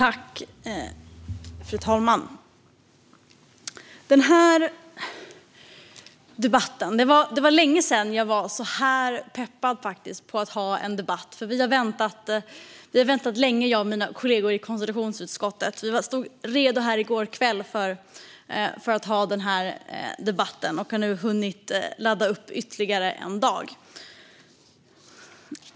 Fru talman! Det var länge sedan jag var så här peppad att ha en debatt. Jag och mina kollegor i konstitutionsutskottet har väntat länge. Vi stod redo här i går kväll för att ha denna debatt, och vi har nu hunnit ladda upp ytterligare en dag.